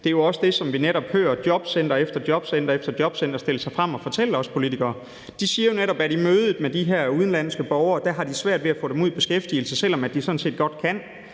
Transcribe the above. Det er jo også det, vi netop hører jobcenter efter jobcenter efter jobcenter stille sig frem og fortælle os politikere. De siger jo netop, at i mødet med de her udenlandske borgere har de svært ved at få dem ud i beskæftigelse, selv om de sådan set godt kan.